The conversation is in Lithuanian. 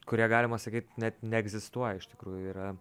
kurie galima sakyt net neegzistuoja iš tikrųjų yra